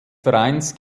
vereins